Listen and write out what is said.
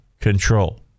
control